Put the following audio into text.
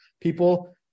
people